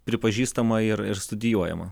pripažįstama ir ir studijuojama